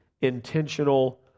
intentional